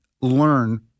learn